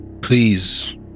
Please